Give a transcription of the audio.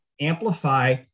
Amplify